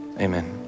Amen